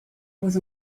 was